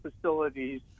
facilities